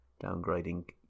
downgrading